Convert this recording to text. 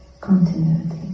continuity